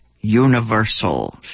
universal